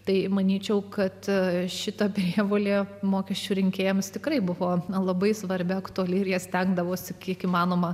tai manyčiau kad šita prievolė mokesčių rinkėjams tikrai buvo labai svarbi aktuali ir jie stengdavosi kiek įmanoma